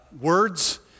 words